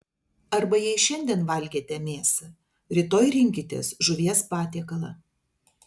arba jei šiandien valgėte mėsą rytoj rinkitės žuvies patiekalą